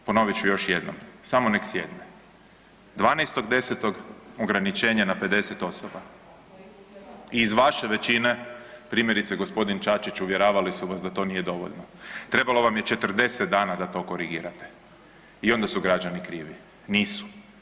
Ponovit ću još jednom samo nek sjedne, 12.10. ograničenje na 50 osoba i iz vaše većine primjerice g. Čačić uvjeravali su vas da to nije dovoljno, trebalo vam je 40 dana da to korigirate i onda su građani krivi, nisu.